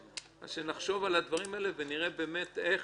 נחשוב על הדברים האלה ונראה איך